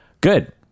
Good